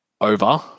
over